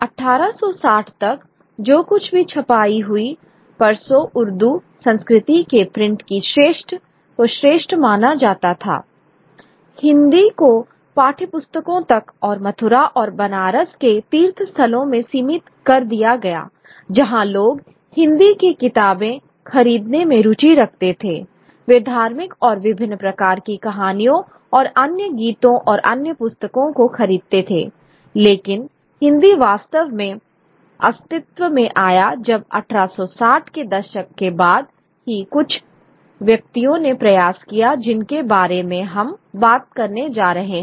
1860 तक जो कुछ भी छपाई हुई पर्सो उर्दू संस्कृति के प्रिंट को श्रेष्ठ माना जाता था हिंदी को पाठ्यपुस्तकों तक और मथुरा और बनारस के तीर्थस्थलों में सीमित कर दिया गया जहाँ लोग हिंदी के किताबें खरीदने में रुचि रखते थे वे धार्मिक और विभिन्न प्रकार की कहानियों और अन्य गीतों और अन्य पुस्तकों को खरीदते थे लेकिन हिंदी वास्तव में अस्तित्व में आया जब 1860 के दशक के बाद ही कुछ व्यक्तियों ने प्रयास किया जिनके बारे में हम बात करने जा रहे हैं